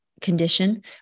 condition